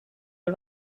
all